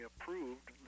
approved